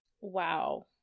wow